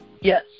Yes